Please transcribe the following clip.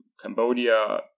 Cambodia